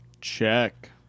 Check